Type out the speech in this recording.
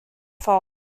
fault